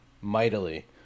mightily